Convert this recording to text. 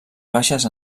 baixes